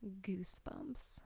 goosebumps